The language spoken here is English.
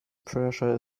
pressure